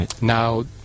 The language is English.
Now